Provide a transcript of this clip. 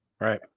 Right